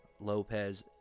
Lopez